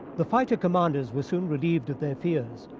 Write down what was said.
the fighter commanders were soon relieved of their fears.